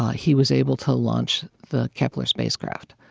he was able to launch the kepler spacecraft.